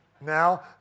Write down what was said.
Now